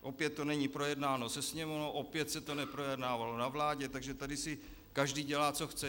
Opět to není projednáno se Sněmovnou, opět se to neprojednávalo na vládě, takže tady si každý dělá, co chce.